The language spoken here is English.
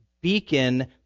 beacon